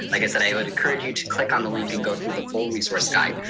like i said, i would encourage you to click on the link and go through the full resource guide.